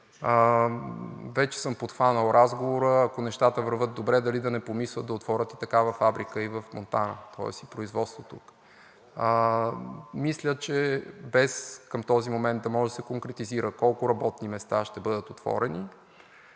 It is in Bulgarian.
вече съм подхванал разговора, ако нещата вървят добре, дали да не помислят да отворят такава фабрика и в Монтана, тоест и производството. Мисля, че без към този момент да може да се конкретизира колко работни места ще бъдат отворени,